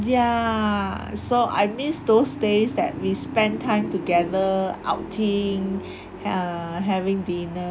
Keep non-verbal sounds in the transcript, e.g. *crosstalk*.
ya so I miss those days that we spend time together outing *breath* err having dinner